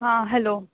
हां हॅलो